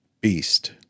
Beast